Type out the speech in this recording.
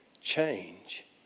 Change